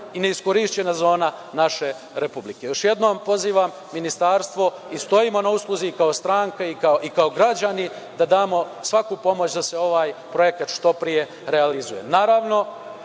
i neiskorišćena zona naše Republike. Još jednom pozivam Ministarstvo i stojimo na usluzi, kao stranka i kao građani da damo svaku pomoć da se ovaj projekat što pre realizuje.